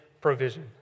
provision